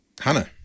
hannah